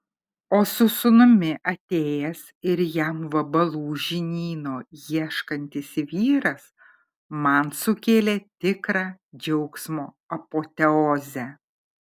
o su sūnumi atėjęs ir jam vabalų žinyno ieškantis vyras man sukėlė tikrą džiaugsmo apoteozę